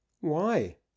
Why